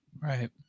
Right